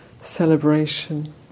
celebration